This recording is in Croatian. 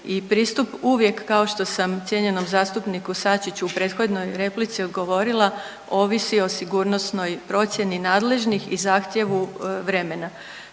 i pristup uvijek, kao što sam cijenjenom zastupniku Sačiću u prethodnoj replici odgovorila, ovisi o sigurnosnoj procjeni nadležnih i zahtjevu vremena.